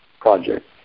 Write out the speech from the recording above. project